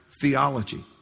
theology